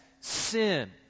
sin